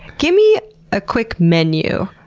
gimme a quick menu.